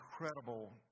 incredible